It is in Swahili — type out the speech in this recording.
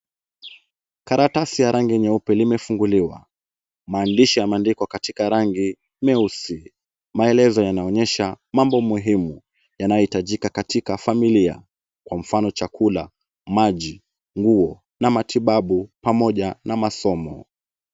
Karatasi ya rangi nyeupe limefunguliwa. Maandishi ya maandiko katika meusi maelezo yanaonyesha mambo muhimu yanayohitajika katika familia. Kwa mfano chakula, maji, nguo na matibabu pamoja na masomo